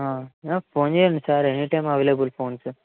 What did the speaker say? phone చేయండి sir anytime available phone sir